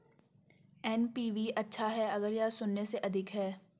NPV अच्छा है अगर यह शून्य से अधिक है